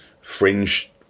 fringe